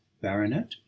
baronet